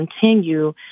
continue